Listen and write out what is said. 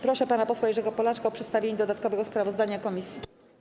Proszę pana posła Jerzego Polaczka o przedstawienie dodatkowego sprawozdania komisji.